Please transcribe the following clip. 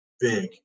big